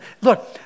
Look